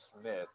Smith